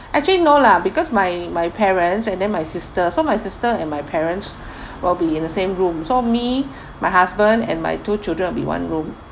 actually no lah because my my parents and then my sister so my sister and my parents will be in the same room so me my husband and my two children will be one room